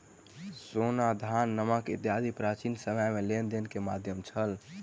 सोना, धान, नमक इत्यादि प्राचीन समय में लेन देन के माध्यम छल